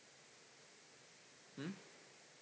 mm